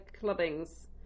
clubbings